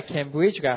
Cambridge